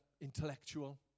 intellectual